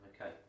okay